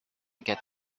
get